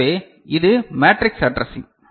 எனவே இது matrix addressing